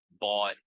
bought